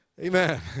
Amen